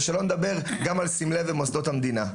ושלא נדבר גם על סמלי המדינה ומוסדות המדינה.